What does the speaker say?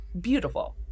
beautiful